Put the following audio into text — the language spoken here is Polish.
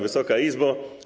Wysoka Izbo!